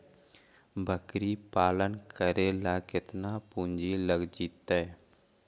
बकरी पालन करे ल केतना पुंजी लग जितै?